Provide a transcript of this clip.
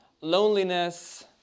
loneliness